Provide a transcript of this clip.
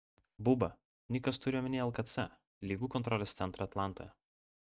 buba nikas turi omenyje lkc ligų kontrolės centrą atlantoje